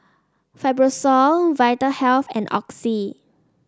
Fibrosol Vitahealth and Oxy